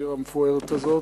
העיר המפוארת הזאת.